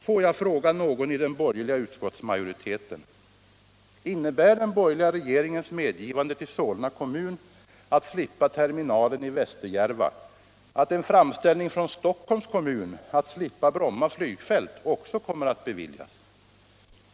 Får jag fråga någon i den borgerliga utskottsmajoriteten: Innebär den borgerliga regeringens medgivande till Solna kommun att slippa terminalen i Västerjärva att en framställning från Stockholms kommun att slippa Bromma flygfält också kommer att beviljas?